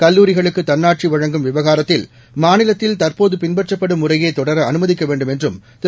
கல்லூரிகளுக்கு தன்னாட்சி வழங்கும் விவகாரத்தில் மாநிலத்தில் தற்போது பின்பற்றப்படும் முறையே தொடர அனுமதிக்க வேண்டும் என்றும் திரு